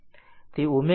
તે ω આપવામાં આવે છે